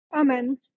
Amen